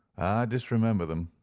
disremember them,